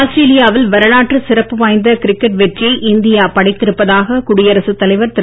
ஆஸ்திரேலியாவில் வரலாற்றுச் சிறப்பு வாய்ந்த கிரிக்கெட் வெற்றியை இந்தியா படைத்திருப்பதாக குடியரசுத் தலைவர் திரு